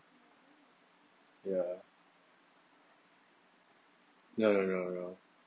ya no no no no